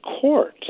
court